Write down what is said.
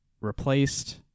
replaced